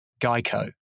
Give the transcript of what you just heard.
Geico